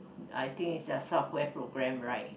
I think it's a software programme right